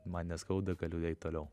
man neskauda galiu eit toliau